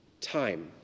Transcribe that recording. Time